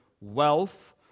wealth